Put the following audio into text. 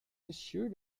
assured